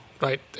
right